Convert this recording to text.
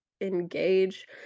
engage